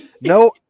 No